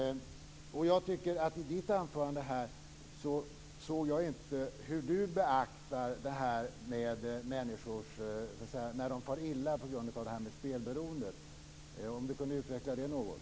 Jag hörde inte i ditt anförande hur du beaktar att människor far illa på grund av spelberoendet. Kan du utveckla det något?